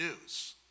news